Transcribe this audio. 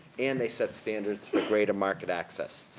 and they set standards for greater market access.